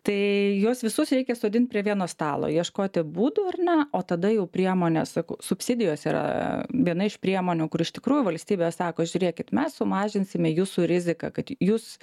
tai juos visus reikia sodint prie vieno stalo ieškoti būdų ar ne o tada jau priemonės subsidijos yra viena iš priemonių kur iš tikrųjų valstybė sako žiūrėkit mes sumažinsime jūsų riziką kad jūs